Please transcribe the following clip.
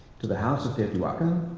to the house of teotihuacan,